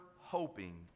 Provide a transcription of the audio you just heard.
hoping